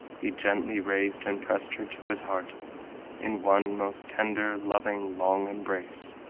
he gently raised and pressed her to his heart in one most tender, loving, long embrace.